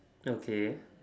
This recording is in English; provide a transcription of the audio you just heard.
okay